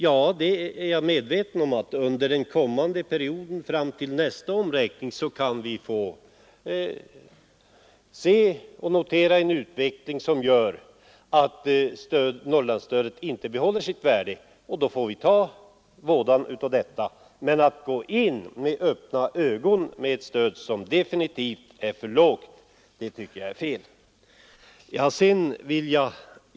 Ja, jag är medveten om att under den kommande perioden fram till nästa uppräkningstillfälle kan utvecklingen bli sådan att Norrlandsstödet inte behåller sitt värde. Då får vi ta vådan av det, men att nu med öppna ögon gå in med ett stöd som definitivt är för lågt anser jag vara fel.